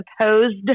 supposed